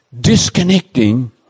disconnecting